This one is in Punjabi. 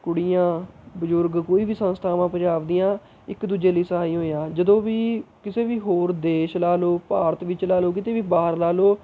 ਕੁੜੀਆਂ ਬਜ਼ੁਰਗ ਕੋਈ ਵੀ ਸੰਸਥਾਵਾਂ ਪੰਜਾਬ ਦੀਆਂ ਇੱਕ ਦੂਜੇ ਲਈ ਸਹਾਈ ਹੋਏ ਹਾਂ ਜਦੋਂ ਵੀ ਕਿਸੇ ਵੀ ਹੋਰ ਦੇਸ਼ ਲਾ ਲਉ ਭਾਰਤ ਵਿੱਚ ਲਾ ਲਉ ਕਿਤੇ ਵੀ ਬਾਹਰ ਲਾ ਲਉ